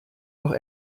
noch